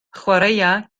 chwaraea